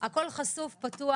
הכל חשוף ופתוח.